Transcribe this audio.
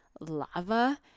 lava